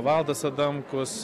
valdas adamkus